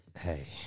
Hey